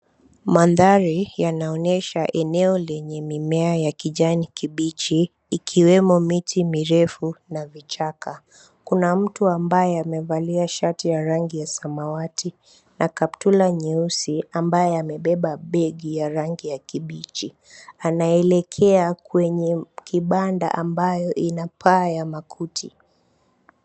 Mandhari yanaonyesha eneo lenye mimea ya kijani kibichi ikiwemo miti mirefu na vichaka. Kuna mtu ambaye amevalia shati ya rangi ya samawati na kaptura nyeusi ambae amebeba begi ya rangi ya kibichi. Anaelekea kwenye kibanda ambayo ina paa ya makuti.